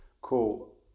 cool